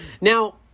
Now